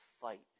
fight